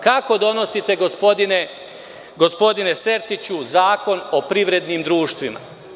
Kako donosite, gospodine Sertiću, Zakon o privrednim društvima?